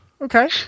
Okay